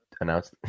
announce